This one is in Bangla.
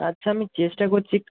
আচ্ছা আমি চেষ্টা করছি